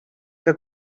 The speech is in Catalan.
que